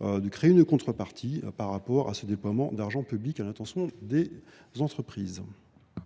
de créer une contrepartie à ce déploiement d’argent public à l’intention des entreprises.